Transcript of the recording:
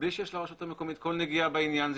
בלי שיש לרשות המקומית כל נגיעה בעניין,